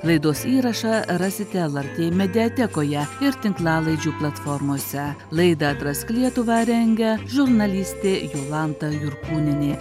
laidos įrašą rasite lrt mediatekoje ir tinklalaidžių platformose laidą atrask lietuvą rengia žurnalistė jolanta jurkūnienė